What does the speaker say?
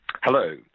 Hello